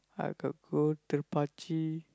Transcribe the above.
I got go Thirupaachi